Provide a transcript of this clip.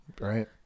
right